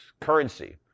currency